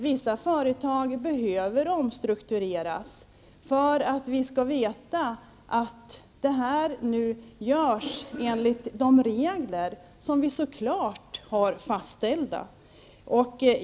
Vissa företag behöver omstruktureras för att vi skall veta att det går till enligt de regler som vi så klart har fastställt.